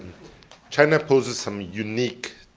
china poses some unique,